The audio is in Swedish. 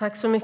Herr talman!